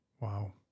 Wow